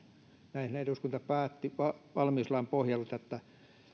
näinhän eduskunta päätti valmiuslain pohjalta että